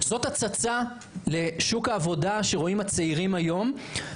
זאת הצצה לשוק העבודה שרואים הצעירים היום.